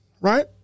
right